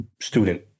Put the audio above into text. student